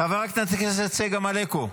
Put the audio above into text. חברת הכנסת צגה מלקו,